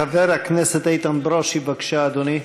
חבר הכנסת איתן ברושי, בבקשה, אדוני.